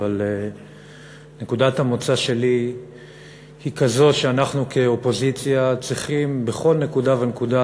אבל נקודת המוצא שלי היא שאנחנו כאופוזיציה צריכים בכל נקודה ונקודה,